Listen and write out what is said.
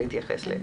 להתייחס.